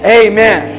amen